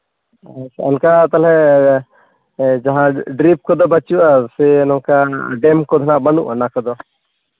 ᱦᱳᱭᱛᱚ ᱚᱱᱠᱟ ᱛᱟᱞᱦᱮ ᱡᱟᱦᱟᱸᱭ ᱵᱨᱤᱡᱽ ᱠᱚᱫᱚ ᱵᱟᱹᱪᱩᱜᱼᱟ ᱥᱮ ᱱᱚᱝᱠᱟ ᱰᱮᱢ ᱠᱚ ᱦᱟᱸᱜᱼᱟ ᱚᱱᱟ ᱠᱚᱫᱚ